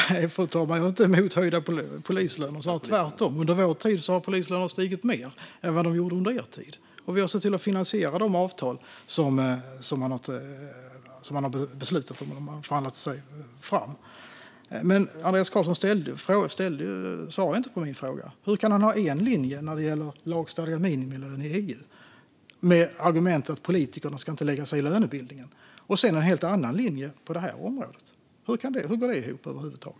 Fru talman! Nej, jag är inte emot höjda polislöner - snarare tvärtom. Under vår tid har polislönerna stigit mer än vad de gjorde under er tid. Och vi har sett till att finansiera de avtal som har beslutats och förhandlats fram. Men Andreas Carlson svarade inte på min fråga. Hur kan han ha en linje när det gäller lagstadgade minimilöner i EU, med argumentet att politikerna inte ska lägga sig i lönebildningen, och en helt annan linje på detta område? Hur går det ihop över huvud taget?